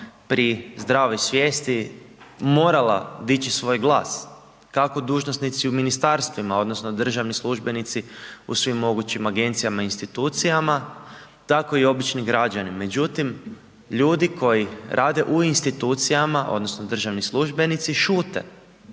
pri zdravoj svijesti morala dići svoj glas, kako dužnosnici u ministarstvima odnosno državni službenici u svim mogućim agencijama, institucijama tako i obični građani. Međutim, ljudi koji rade u institucijama odnosno državni službenici šute,